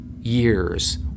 years